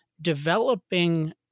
developing